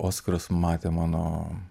oskaras matė mano